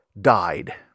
died